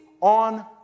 on